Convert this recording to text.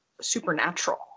supernatural